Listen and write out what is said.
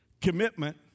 commitment